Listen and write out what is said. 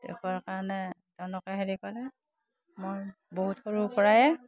দেখুৱাৰ কাৰণে তেওঁলোকে হেৰি কৰে মই বহুত সৰুৰ পৰাই